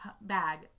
bag